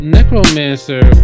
Necromancer